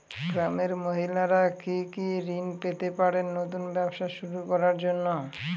গ্রামের মহিলারা কি কি ঋণ পেতে পারেন নতুন ব্যবসা শুরু করার জন্য?